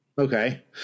Okay